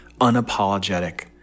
unapologetic